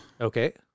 Okay